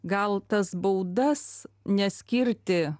gal tas baudas neskirti